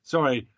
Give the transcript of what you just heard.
Sorry